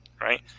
Right